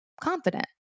confident